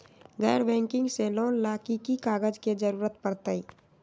गैर बैंकिंग से लोन ला की की कागज के जरूरत पड़तै?